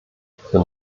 für